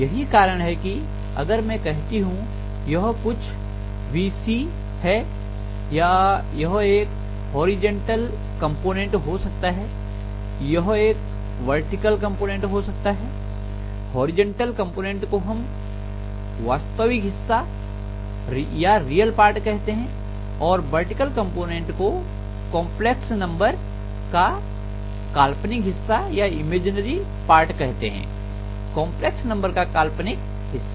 यही कारण है कि अगर मैं कहती हूं कि यह कुछ vC है या यह एक होरिजेंटल कंपोनेंट हो सकता है यह एक वर्टिकल कंपोनेंट हो सकता है होरिजेंटल कॉम्पोनेंट को हम वास्तविक हिस्सा कहते हैं और वर्टिकल कॉम्पोनेंट को कंपलेक्स नंबर का काल्पनिक हिस्सा कहते हैं कंपलेक्स नंबर का काल्पनिक हिस्सा